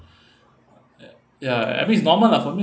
ya ya I mean it's normal lah for me